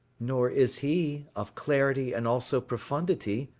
nor is he, of clarity and also profundity,